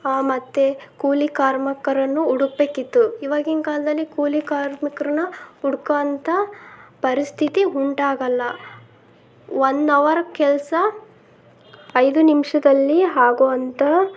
ಮತ್ತೆ ಕೂಲಿ ಕಾರ್ಮಿಕರನ್ನು ಹುಡುಕಬೇಕಿತ್ತು ಈಗಿನ ಕಾಲದಲ್ಲಿ ಕೂಲಿ ಕಾರ್ಮಿಕರನ್ನ ಹುಡುಕೋಂಥ ಪರಿಸ್ಥಿತಿ ಉಂಟಾಗಲ್ಲ ವೊನ್ ಅವರ್ ಕೆಲಸ ಐದು ನಿಮಿಷದಲ್ಲಿ ಆಗುವಂಥ